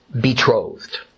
betrothed